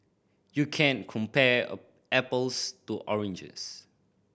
you can't compare a apples to oranges